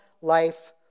life